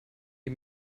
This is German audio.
die